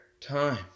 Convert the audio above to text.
time